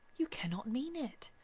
you cannot mean it!